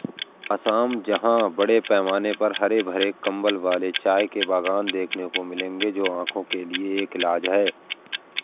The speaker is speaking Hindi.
असम जहां बड़े पैमाने पर हरे भरे कंबल वाले चाय के बागान देखने को मिलेंगे जो आंखों के लिए एक इलाज है